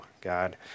God